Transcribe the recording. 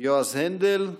יועז הנדל,